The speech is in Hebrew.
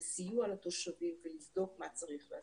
לסיוע לתושבים ולבדוק מה צריך לעשות.